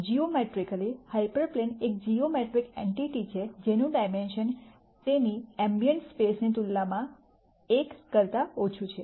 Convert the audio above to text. geometrically hyper plane એક geometric entity છે જેનું ડાયમેન્શન તેની ઐમ્બીઅન્ટ સ્પેસની તુલનામાં 1 કરતા ઓછું છે